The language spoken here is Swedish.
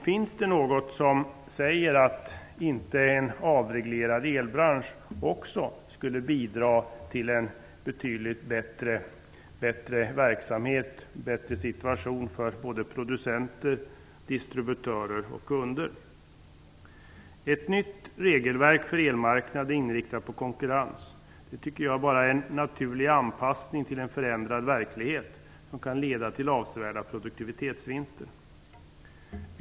Finns det något som säger att en avreglerad elbransch inte skulle bidra till en betydligt bättre verksamhet och en bättre situation för producenter, distributörer och kunder? Ett nytt regelverk för elmarknaden, inriktat på konkurrens, tycker jag bara är en naturlig anpassning till en förändrad verklighet som kan leda till avsevärda produktivitetsvinster. 3.